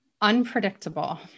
Unpredictable